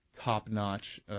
top-notch